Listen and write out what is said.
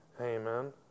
Amen